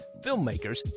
filmmakers